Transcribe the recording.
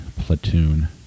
Platoon